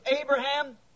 Abraham